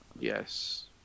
Yes